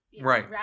Right